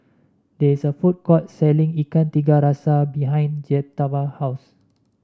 there is a food court selling Ikan Tiga Rasa behind Jeptha house